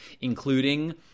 including